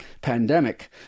pandemic